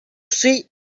see